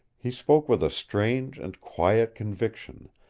he spoke with a strange and quiet conviction,